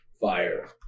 fire